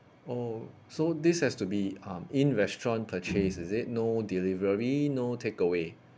oh so this has to be um in restaurant purchase is it no delivery no takeaway